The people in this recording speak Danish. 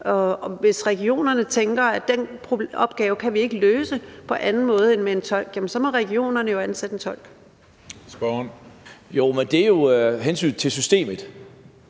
hvis regionerne tænker, at den opgave kan de ikke løse på anden måde end med en tolk, så må regionerne jo ansætte en tolk. Kl. 11:46 Den fg. formand